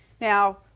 Now